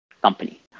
company